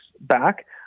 back